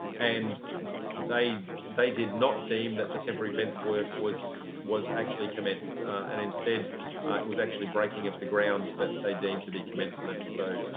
and they they did not deem that the temporary fence work was was actually commenced, and instead, it was actually breaking up the grounds that they deemed to be commencement. so